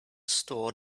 store